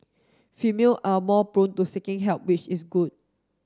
female are more prone to seeking help which is good